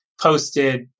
posted